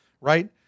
right